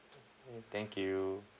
mm thank you